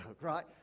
right